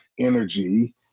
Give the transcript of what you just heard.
energy